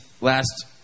last